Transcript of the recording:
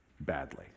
Badly